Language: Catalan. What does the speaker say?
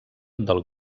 del